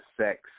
sex